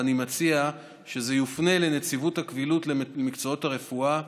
אני מציע שזה יופנה לנציבות הקבילות למקצועות הרפואה.